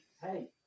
Hey